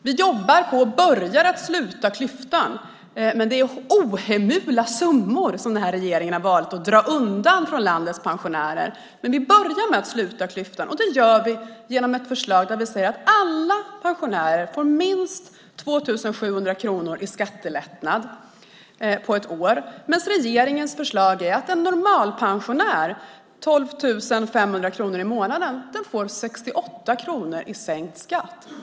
Vi jobbar på och börjar sluta klyftan, men det är ohemula summor som den här regeringen har valt att dra undan från landets pensionärer. Vi börjar med att sluta klyftan. Det gör vi med ett förslag där vi säger att alla pensionärer får minst 2 700 kronor i skattelättnad under ett år. Regeringens förslag är att en normalpensionär med 12 500 kronor i månaden får 68 kronor i sänkt skatt.